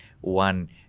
one